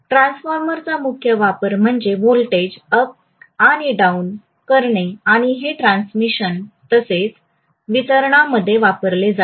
ट्रान्सफॉर्मरचा मुख्य वापर म्हणजे व्होल्टेज अप् आणि डाउन करणे आणि हे ट्रान्समिशन तसेच वितरणामध्ये वापरले जाईल